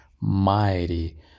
mighty